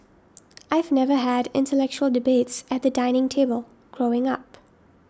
I've never had intellectual debates at the dining table growing up